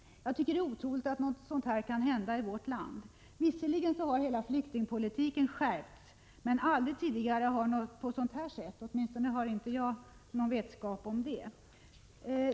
Det är otroligt att något dylikt kan hända i vårt land. Visserligen har hela flyktingpolitiken skärpts, men aldrig tidigare har någonting sådant här skett — åtminstone inte som jag har vetskap om.